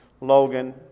Logan